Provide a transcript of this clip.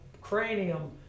cranium